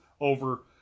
over